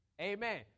Amen